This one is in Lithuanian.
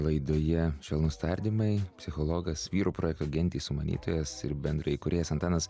laidoje švelnūs tardymai psichologas vyrų projekto gentys sumanytojas ir bendraįkūrėjas antanas